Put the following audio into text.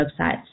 websites